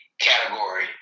category